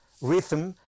rhythm